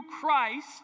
Christ